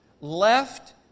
left